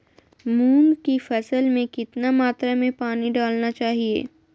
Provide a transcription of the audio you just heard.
मूंग की फसल में कितना मात्रा में पानी डालना चाहिए?